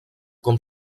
com